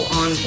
on